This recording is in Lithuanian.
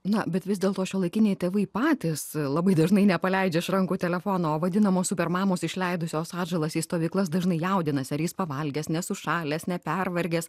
na bet vis dėlto šiuolaikiniai tėvai patys labai dažnai nepaleidžia iš rankų telefono vadinamos supermamos išleidusios atžalas į stovyklas dažnai jaudinasi ar jis pavalgęs nesušalęs nepervargęs